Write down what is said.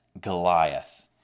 Goliath